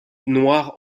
noires